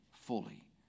fully